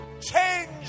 Change